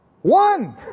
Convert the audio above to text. One